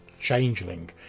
changeling